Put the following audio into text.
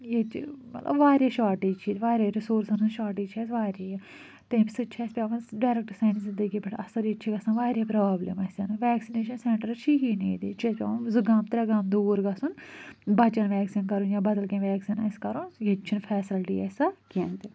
ییٚتہِ ٲں واریاہ شارٹیج چھِ ییٚتہِ واریاہ رِسورسَن ہنٛز شارٹیج چھِ اسہِ واریاہ تَمہِ سۭتۍ چھُ اسہِ پیٚوان ڈاریٚکٹہٕ سانہِ زندگی پٮ۪ٹھ اَثر ییٚتہِ چھِ گژھان واریاہ پرابلِم اسہِ ویٚکسِنیشَن سیٚنٹَر چھییی نہٕ ییٚتہِ ییٚتہِ چھُ اسہِ پیٚوان زٕ گام ترٛےٚ گام دوٗر گژھُن بَچَن ویٚکسیٖن کَرُن یا بدل کیٚنٛہہ ویٚکسیٖن آسہِ کَرُن ییٚتہِ چھَنہٕ فیسلٹی اسہِ سۄ کیٚنٛہہ تہِ